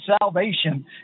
salvation